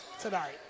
tonight